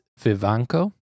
Vivanco